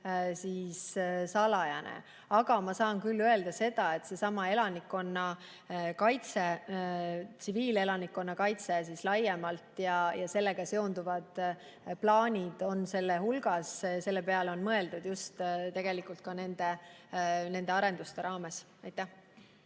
on salajane. Aga ma saan öelda seda, et elanikkonna kaitse, tsiviilelanikkonna kaitse laiemalt ja sellega seonduvad plaanid on seal hulgas. Selle peale on mõeldud just ka nende arenduste raames. Aitäh!